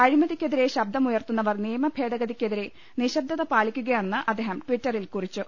അഴിമതിയ്ക്കെതിരെ ശബ്ദമുയർത്തുന്ന വർ നിയമഭേദഗതിക്കെതിരെ നിശബ്ദത പാലിക്കുകയാണെന്ന് അദ്ദേഹം ടിറ്ററിൽ കുറിച്ചു